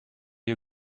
you